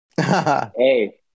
Hey